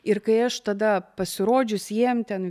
ir kai aš tada pasirodžius jiem ten